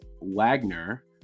wagner